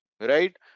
right